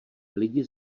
lidi